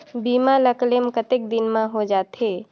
बीमा ला क्लेम कतेक दिन मां हों जाथे?